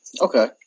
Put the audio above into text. Okay